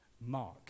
mark